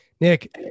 Nick